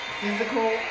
Physical